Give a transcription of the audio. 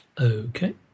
Okay